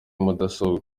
mudasobwa